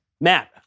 Matt